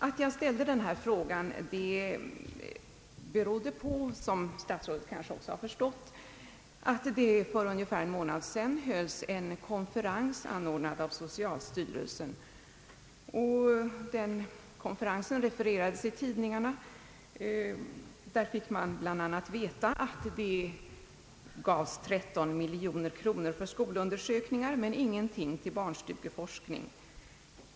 Att jag ställde frågan beror på, vilket statsrådet kanske också har förstått, att det för ungefär en månad sedan hölls en konferens, anordnad av socialstyrelsen. Konferensen refererades i tidningarna, och man fick bl.a. veta att det satsats 13 miljoner kronor för skolundersökningar men ingenting på barnstugeforskning.